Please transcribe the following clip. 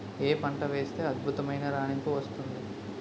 ఏ పంట వేస్తే అద్భుతమైన రాణింపు వస్తుంది?